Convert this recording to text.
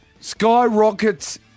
skyrockets